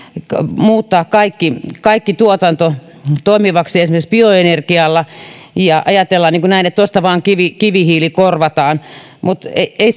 muuttaa kaikki kaikki tuotanto toimivaksi esimerkiksi bioenergialla ja ajatellaan näin että tuosta vain kivihiili kivihiili korvataan mutta ei ei